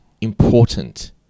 important